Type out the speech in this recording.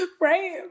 Right